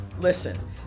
Listen